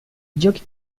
giochi